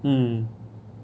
mm